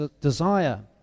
desire